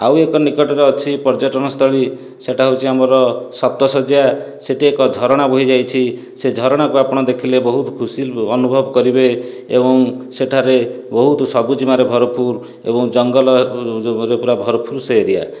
ଆଉ ଏକ ନିକଟରେ ଅଛି ପର୍ଯ୍ୟଟନସ୍ଥଳୀ ସେଇଟା ହଉଛି ଆମର ସପ୍ତଶର୍ଯ୍ୟା ସେଠି ଏକ ଝରଣା ବୋହିଯାଇଛି ସେ ଝରଣାକୁ ଆପଣ ଦେଖିଲେ ବହୁତ ଖୁସି ଅନୁଭବ କରିବେ ଏବଂ ସେଠାରେ ବହୁତ ସବୁଜିମାରେ ଭରପୁର୍ ଏବଂ ଜଙ୍ଗଲ ଭରପୁର୍ ସେ ଏରିୟା